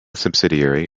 subsidiary